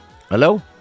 Hello